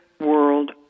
world